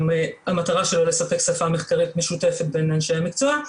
המטרה שלו לספק שפה מחקרית משותפת בין אנשי המקצוע,